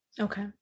Okay